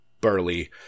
burly